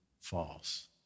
false